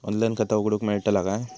Online खाता उघडूक मेलतला काय?